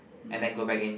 and then go back in